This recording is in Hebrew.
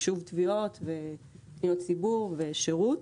יישוב תביעות ופניות ציבור ושירות.